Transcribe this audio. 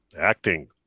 acting